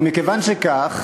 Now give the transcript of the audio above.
ומכיוון שכך,